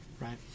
right